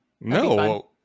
No